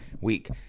Week